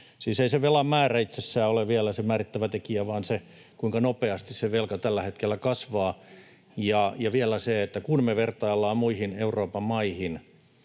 Siis ei se velan määrä itsessään ole vielä se määrittävä tekijä, vaan se, kuinka nopeasti se velka tällä hetkellä kasvaa, ja vielä se, että kun me vertaillaan muihin Euroopan maihin,